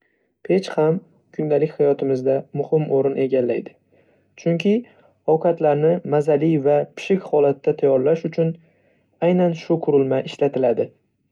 Pech ham kundalik hayotimizda muhim o'rin egallaydi, chunki ovqatlarni mazali va pishiq holatda tayyorlash uchun aynan shu qurilma ishlatiladi.